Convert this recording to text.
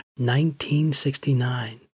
1969